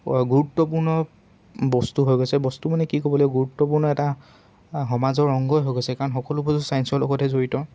গুৰুত্বপূৰ্ণ বস্তু হৈ গৈছে বস্তু মানে কি ক'বলে গুৰুত্বপূৰ্ণ এটা সমাজৰ অংগই হৈ গৈছে কাৰণ সকলো বস্তু চায়েন্সৰ লগতে জড়িত